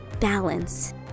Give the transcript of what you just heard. balance